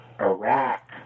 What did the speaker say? Iraq